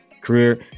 career